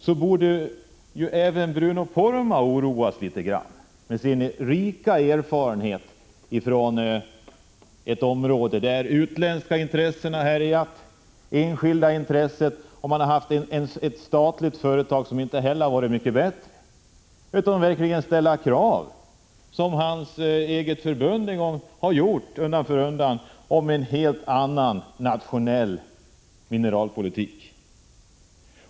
Då borde även Bruno Poromaa med sin rika erfarenhet från detta område var oroad. Det gäller ju ett område där såväl utländska som enskilda intressen har härjat och där man haft ett statligt företag som inte har varit mycket bättre. Bruno Poromaa borde kunna ställa samma krav som hans eget förbund om en helt annan nationell mineralpolitik.